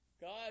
God